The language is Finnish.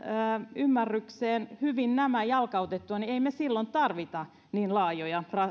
ymmärrykseen hyvin nämä jalkautettua niin emme me silloin tarvitse niin laajoja